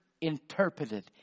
interpreted